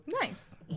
Nice